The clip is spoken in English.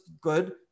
good